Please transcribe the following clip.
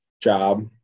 job